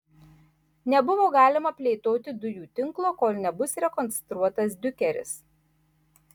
nebuvo galima plėtoti dujų tinklo kol nebus rekonstruotas diukeris